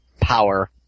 power